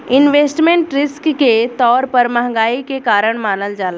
investment risk के तौर पर महंगाई के कारण मानल जाला